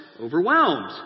overwhelmed